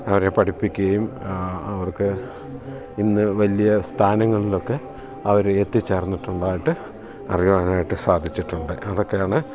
അവരെ പഠിപ്പിക്കുകയും അവർക്ക് ഇന്ന് വലിയ സ്ഥാനങ്ങളിലൊക്കെ അവർ എത്തിച്ചേർന്നതായിട്ട് അറിയുവാനായിട്ട് സാധിച്ചിട്ടുണ്ട് അതൊക്കെയാണ്